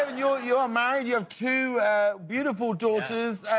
you ah you are married. you have two beautiful daughters.